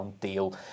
deal